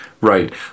Right